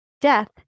death